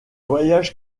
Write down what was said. voyages